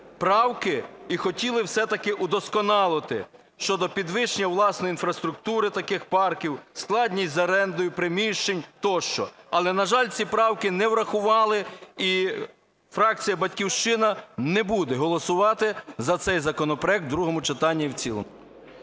правки і хотіли все-таки удосконалити щодо підвищення власної інфраструктури таких парків, складність з орендою приміщень тощо. Але, на жаль, ці правки не врахували і фракція "Батьківщина" не буде голосувати за цей законопроект в другому читанні і в цілому.